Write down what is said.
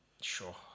sure